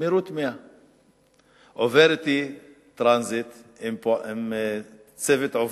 במהירות 100. עובר אותי טרנזיט עם צוות עובדים,